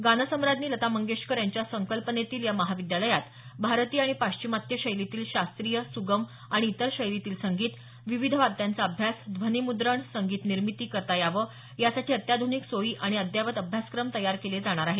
गानसम्राज्ञी लता मंगेशकर यांच्या संकल्पनेतील या महाविद्यालयात भारतीय आणि पाश्चिमात्य शैलीतील शास्त्रीय सुगम आणि इतर शैलीतील संगीत विविध वाद्यांचा अभ्यास ध्वनिमुद्रण संगीत निर्मिती करता यावं यासाठी अत्याधूनिक सोयी आणि अद्यावत अभ्यासक्रम तयार केले जाणार आहेत